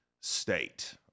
state